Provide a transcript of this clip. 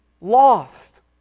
lost